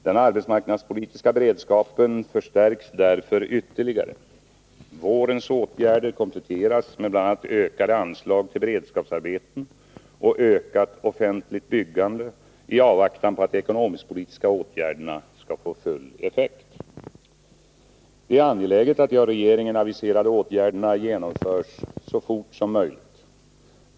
Den arbetsmarknadspolitiska beredskapen förstärks därför ytterligare. Vårens åtgärder kompletteras med bl.a. ökade anslag till beredskapsarbeten och ökat offentligt byggande i avvaktan på att de ekonomisk-politiska åtgärderna skall få full effekt. Det är angeläget att de av regeringen aviserade åtgärderna genomförs så fort som möjligt.